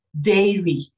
dairy